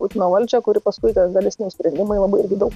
putino valdžią kuri paskui tas dalis nes sprendimai labai daug